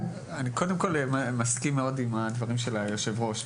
קודם כל, אני מסכים מאוד עם הדברים של היושב ראש.